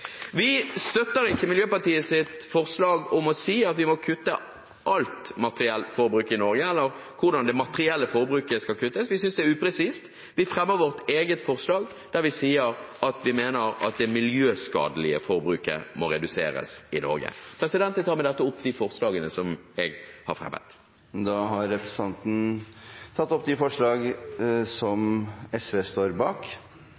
Vi støtter ikke Miljøpartiets forslag om at vi må kutte alt materielt forbruk i Norge – eller hvordan det materielle forbruket skal kuttes. Vi synes det er upresist. Vi fremmer vårt eget forslag der vi sier at vi mener at det miljøskadelige forbruket må reduseres i Norge. Jeg tar med dette opp de forslagene SV har fremmet, dem vi har fremmet alene, og dem vi har fremmet sammen med Miljøpartiet De Grønne. Representanten Heikki Eidsvoll Holmås har tatt opp